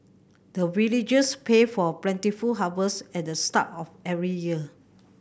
the villagers pray for plentiful harvest at the start of every year